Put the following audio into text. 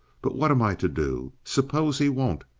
but what am i to do? suppose he won't?